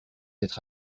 être